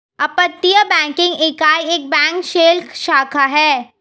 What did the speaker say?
अपतटीय बैंकिंग इकाई एक बैंक शेल शाखा है